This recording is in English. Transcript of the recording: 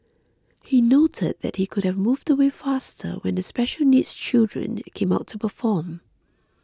he noted that he could have moved away faster when the special needs children came out to perform